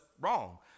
wrong